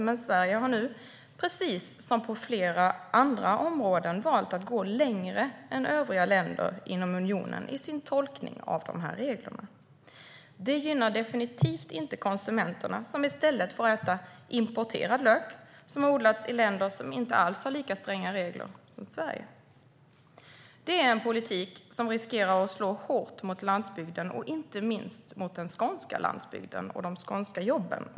Men Sverige har nu, precis som på flera andra områden, valt att gå längre än övriga länder inom unionen i sin tolkning av reglerna. Det gynnar definitivt inte konsumenterna, som i stället får äta importerad lök, som odlats i länder som inte alls har lika stränga regler som Sverige. Det är en politik som riskerar att slå hårt mot landsbygden och inte minst mot den skånska landsbygden och de skånska jobben.